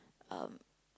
um